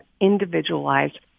individualized